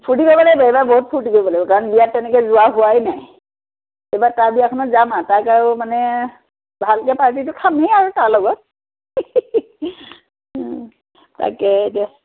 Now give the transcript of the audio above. ফূৰ্তি কৰিব লাগিব এইবাৰ বহুত ফূৰ্তি কৰিব লাগিব কাৰণ বিয়াত তেনেকৈ যোৱা হোৱাই নাই এইবাৰ তাৰ বিয়াখনত যাম আৰু তাত আৰু মানে ভালকৈ পাৰ্টিটো খামে আৰু তাৰ লগত তাকে এতিয়া